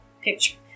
picture